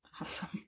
Awesome